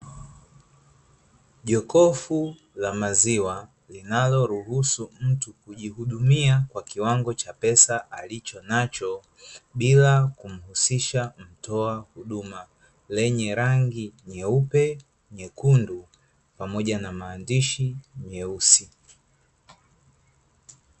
Jokofu la maziwa linaloruhusu mtu kujihudumia kwa kiwango cha pesa alichonacho, bila kumhusisha mtoa huduma. Lenye rangi nyeupe, nyekundu pamoja na maandishi meusi.